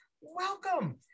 welcome